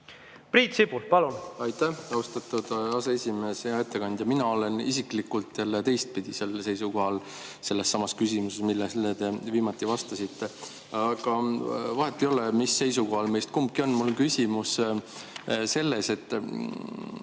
Priit Sibul, palun!